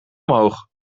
omhoog